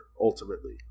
ultimately